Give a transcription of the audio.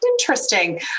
interesting